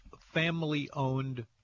family-owned